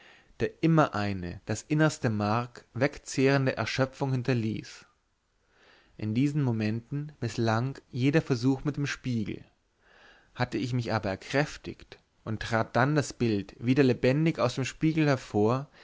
der immer eine das innerste mark wegzehrende erschöpfung hinterließ in diesen momenten mißlang jeder versuch mit dem spiegel hatte ich mich aber erkräftigt und trat dann das bild wieder lebendig aus dem spiegel hervor